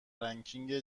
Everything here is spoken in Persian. رنکینگ